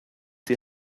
die